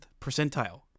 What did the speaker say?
percentile